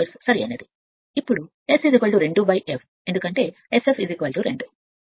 ఇప్పుడు S అప్పుడు 2 f ఎందుకంటే Sf 2 కాబట్టి S 250 కాబట్టి 4 0